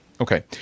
Okay